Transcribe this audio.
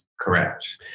Correct